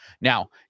now